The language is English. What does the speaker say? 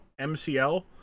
MCL